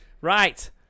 Right